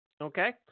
Okay